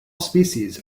species